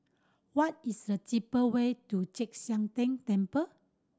what is the cheap way to Chek Sian Tng Temple